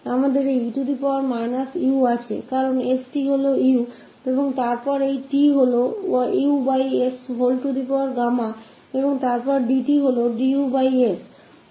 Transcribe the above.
हमारे पास है 𝑒−𝑢 क्युकी st u है और फिर t yहै और dt है dus